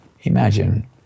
imagine